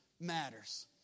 matters